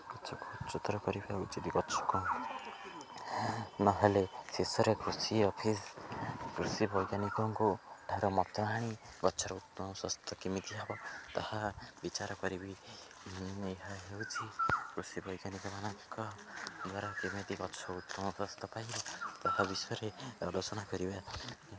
ଗଛକୁ ଉଚ୍ଚତର କରିବା ଉଚିତ୍ ଗଛକୁ ନହେଲେ ଶେଷରେ କୃଷି ଅଫିସ୍ କୃଷି ବୈଜ୍ଞାନିକଙ୍କୁଠାରୁ ମତ ଆଣି ଗଛର ଉତ୍ତମ ସ୍ୱାସ୍ଥ୍ୟ କେମିତି ହବ ତାହା ବିଚାର କରିବି ଏହା ହେଉଛି କୃଷି ବୈଜ୍ଞାନିକମାନାନଙ୍କ ଦ୍ୱାରା କେମିତି ଗଛ ଉତ୍ତମ ସ୍ୱାସ୍ଥ୍ୟ ପାଇବା ତାହା ବିଷୟରେ ଆଲୋଚନା କରିବା